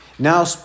Now